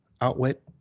outwit